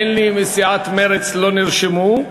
אין לי מסיעת מרצ, לא נרשמו,